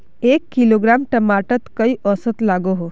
एक किलोग्राम टमाटर त कई औसत लागोहो?